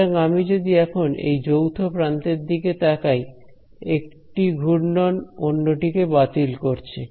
সুতরাং আমি যদি এখন এই যৌথ প্রান্তের দিকে তাকাই একটি ঘূর্ণন অন্যটিকে বাতিল করছে